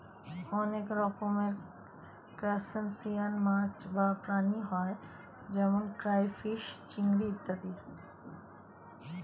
অনেক রকমের ক্রাস্টেশিয়ান মাছ বা প্রাণী হয় যেমন ক্রাইফিস, চিংড়ি ইত্যাদি